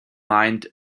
mind